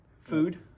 Food